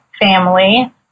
family